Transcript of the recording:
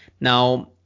now